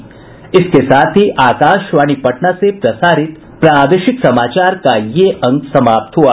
इसके साथ ही आकाशवाणी पटना से प्रसारित प्रादेशिक समाचार का ये अंक समाप्त हुआ